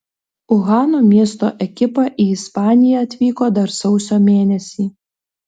uhano miesto ekipa į ispaniją atvyko dar sausio mėnesį